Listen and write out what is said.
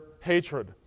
hatred